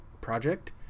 project